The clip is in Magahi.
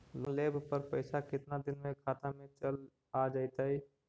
लोन लेब पर पैसा कितना दिन में खाता में चल आ जैताई?